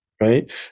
Right